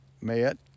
met